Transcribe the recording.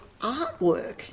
artwork